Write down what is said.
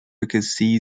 because